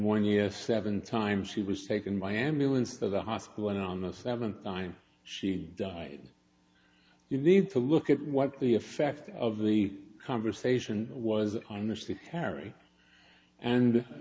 one year seven times she was taken by ambulance to the hospital and on the seventh time she die you need to look at what the effect of the conversation was honestly perry and